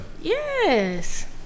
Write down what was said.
Yes